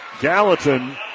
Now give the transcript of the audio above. Gallatin